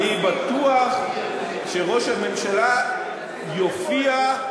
אני בטוח שראש הממשלה יופיע,